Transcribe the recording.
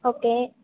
okay